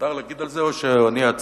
מותר להגיד את זה או שאני איעצר?